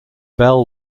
bell